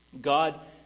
God